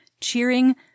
cheering